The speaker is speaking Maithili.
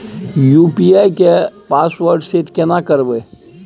यु.पी.आई के पासवर्ड सेट केना करबे?